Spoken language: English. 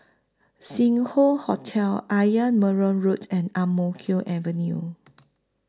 Sing Hoe Hotel Ayer Merbau Road and Ang Mo Kio Avenue